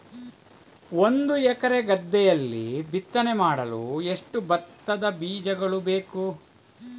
ಒಂದು ಎಕರೆ ಗದ್ದೆಯಲ್ಲಿ ಬಿತ್ತನೆ ಮಾಡಲು ಎಷ್ಟು ಭತ್ತದ ಬೀಜಗಳು ಬೇಕು?